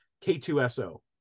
k2so